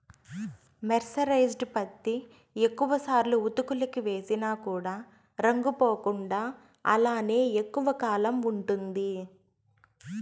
mercerised పత్తి ఎక్కువ సార్లు ఉతుకులకి వేసిన కూడా రంగు పోకుండా అలానే ఎక్కువ కాలం ఉంటుంది